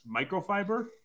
microfiber